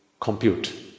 compute